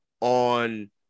on